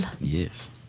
Yes